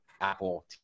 Apple